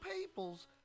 peoples